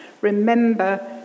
remember